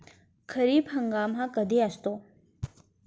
खरीप हंगाम हा कधी असतो?